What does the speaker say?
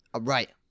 Right